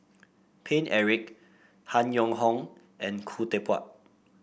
Paine Eric Han Yong Hong and Khoo Teck Puat